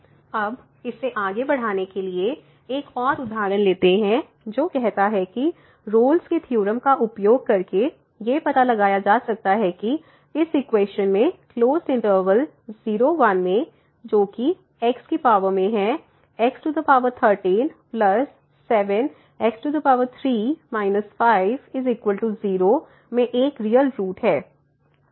अब इसे आगे बढ़ाने के लिए एक और उदाहरण लेते हैं जो कहता है कि रोल्स के थ्योरम Rolle's Theorem का उपयोग करके ये पता लगाया जा सकता है कि इस इक्वेशन में क्लोसड इंटरवल 0 1 में जोकि x की पावर में है x13 7x3 5 0 में एक रियल रूट है